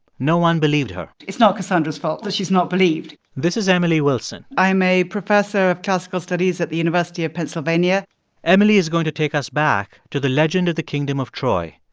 no one believed her it's not cassandra's fault that she's not believed this is emily wilson i'm a professor of classical studies at the university of pennsylvania emily is going to take us back to the legend of the kingdom of troy.